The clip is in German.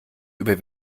über